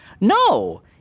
No